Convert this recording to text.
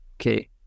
okay